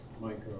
Mike